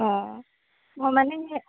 অঁ মই মানে